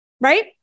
right